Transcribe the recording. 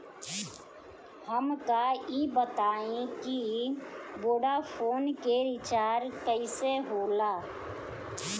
हमका ई बताई कि वोडाफोन के रिचार्ज कईसे होला?